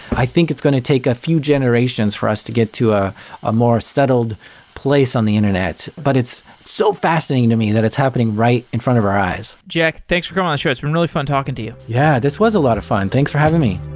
i think it's going to take a few generations for us to get to ah a more settled place on the internet, but it's so fascinating to me that it's happening right in front of our eyes. jack, thanks for coming on the show. it's been really fun talking to you. yeah! this was a lot of fun. thanks for having me